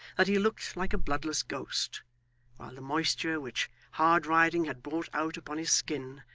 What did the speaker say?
that he looked like a bloodless ghost, while the moisture, which hard riding had brought out upon his skin,